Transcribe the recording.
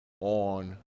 on